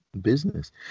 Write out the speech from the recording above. Business